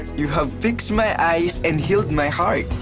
you have fixed my eyes and healed my heart.